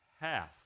half